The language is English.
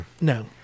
No